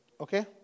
Okay